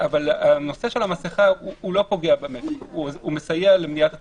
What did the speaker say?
הנושא של המסיכה הוא מסייע למניעת תחלואה,